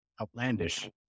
outlandish